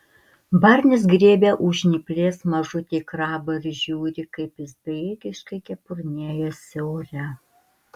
barnis griebia už žnyplės mažutį krabą ir žiūri kaip jis bejėgiškai kepurnėjasi ore